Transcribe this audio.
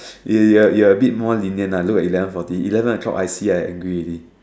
you you you're a bit more lenient ah look at eleven forty eleven o-clock I see I angry already